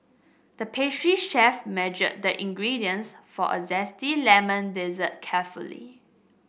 the pastry chef measured the ingredients for a zesty lemon dessert carefully